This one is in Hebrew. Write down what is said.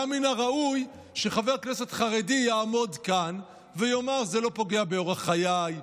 היה מן הראוי שחבר כנסת חרדי יעמוד כאן ויאמר: זה לא פוגע באורח חיי,